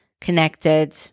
connected